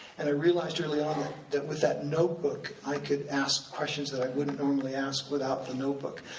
and i realized early on like that with that notebook i could ask questions that i wouldn't normally ask without the notebook.